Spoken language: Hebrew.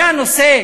זה הנושא,